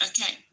Okay